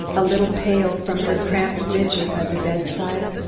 a little pale from her cramped vigil by the bedside,